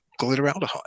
glutaraldehyde